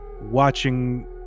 watching